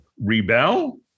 rebel